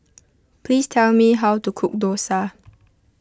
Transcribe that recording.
please tell me how to cook Dosa